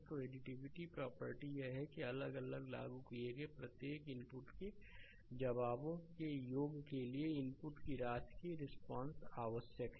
तो additivity property यह है कि अलग अलग लागू किए गए प्रत्येक इनपुट के जवाबों के योग के लिए इनपुट की राशि की रिस्पांस आवश्यक है